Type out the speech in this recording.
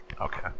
Okay